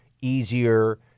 easier